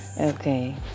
okay